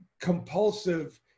compulsive